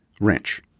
wrench